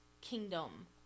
kingdom